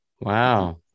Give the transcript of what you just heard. Wow